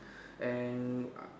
and I